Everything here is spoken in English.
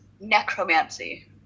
necromancy